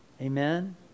Amen